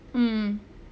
mm